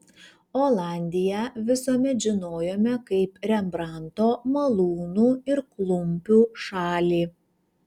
olandiją visuomet žinojome kaip rembrandto malūnų ir klumpių šalį